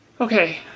Okay